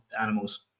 animals